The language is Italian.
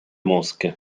mosche